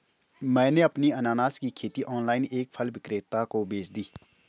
मैंने अपनी अनन्नास की खेती ऑनलाइन एक फल विक्रेता को बेच दी